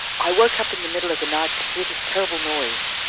i woke up in the middle of the night to hear this terrible noise.